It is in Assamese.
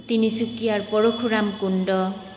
তিনিচুকীয়াৰ পৰষুৰাম কুণ্ড